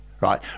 right